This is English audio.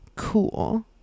cool